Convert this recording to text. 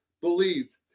believed